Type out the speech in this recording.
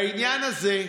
בעניין הזה,